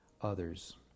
others